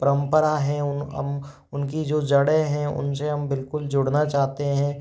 परम्परा है उन उनकी जो जड़ें हैं उनसे हम बिल्कुल जुड़ना चाहते हैं